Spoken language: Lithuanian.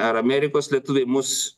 ar amerikos lietuviai mus